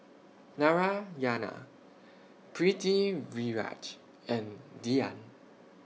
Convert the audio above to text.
Narayana Pritiviraj and Dhyan